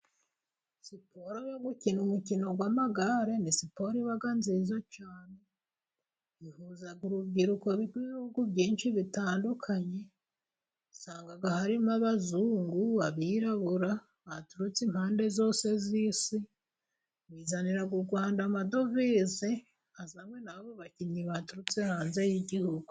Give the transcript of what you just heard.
Siporo yo gukina umukino w' amagare ni siporo yaba nziza cyane, bihuza urubyiruko rw' ibihugu byinshi bitandukanye, usanga harimo Abazungu, Abirabura baturutse impande zose z' isi, bizanira u Rwanda amadovize azanywe n' abo bakinnyi baturutse hanze y' igihugu.